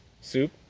soup